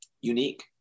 unique